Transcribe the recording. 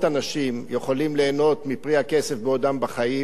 אנשים יכולים ליהנות מפרי הכסף בעודם בחיים.